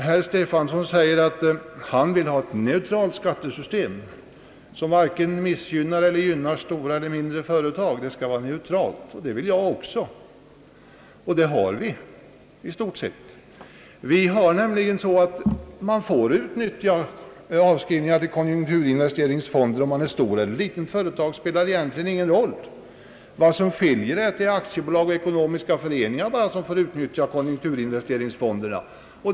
Herr Stefanson vill ha ett neutralt skattesystem som varken missgynnar eller gynnar stora eller små företag. Det vill jag också ha, och det har vi i stort sett. Man får nämligen göra avsättningar till konjunkturutjämningsfonder och investeringsfonder. Det spelar då ingen roll om företaget är stort eller litet. Vad som skiljer är bara att endast aktiebolag och ekonomiska föreningar får utnyttja möjligheten att samla medel i dessa fonder.